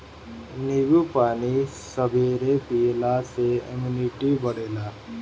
नींबू पानी सबेरे पियला से इमुनिटी बढ़ेला